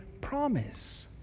promise